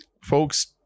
folks –